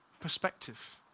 Perspective